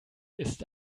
ist